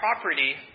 property